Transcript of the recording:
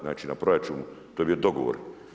Znači, na proračunu, to je bio dogovor.